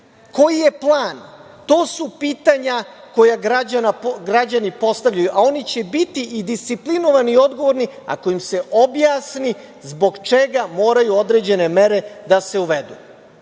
Koji je plan? To su pitanja koja građani postavljaju, a oni će biti i disciplinovani i odgovorni ako im se objasni zbog čega moraju određene mere da se uvedu. Mi